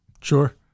Sure